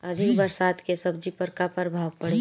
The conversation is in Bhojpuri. अधिक बरसात के सब्जी पर का प्रभाव पड़ी?